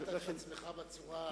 הבהרת את עצמך בצורה,